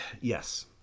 yes